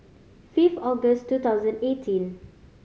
fifth August two thousand eighteen